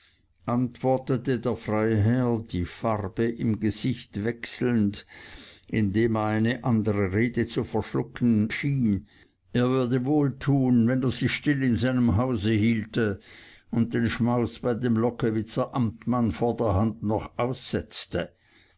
antwortete der freiherr die farbe im gesicht wechselnd indem er eine andere rede zu verschlucken schien er würde wohltun wenn er sich still in seinem hause hielte und den schmaus bei dem lockewitzer amtmann vor der hand noch aussetzte